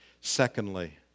Secondly